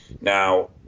Now